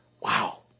Wow